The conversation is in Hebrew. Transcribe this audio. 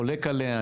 אני חולק עליה,